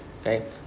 okay